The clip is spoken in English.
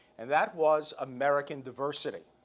and that was american diversity.